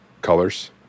colors